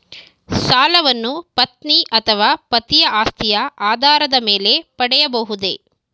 ಸಾಲವನ್ನು ಪತ್ನಿ ಅಥವಾ ಪತಿಯ ಆಸ್ತಿಯ ಆಧಾರದ ಮೇಲೆ ಪಡೆಯಬಹುದೇ?